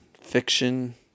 fiction